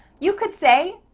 you could say,